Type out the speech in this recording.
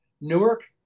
newark